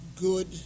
good